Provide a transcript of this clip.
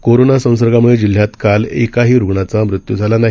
corona संसर्गामुळे जिल्ह्यात काल एकाही रूग्णाचा मृत्यू झाला नाही